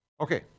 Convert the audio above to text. Okay